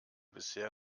bisher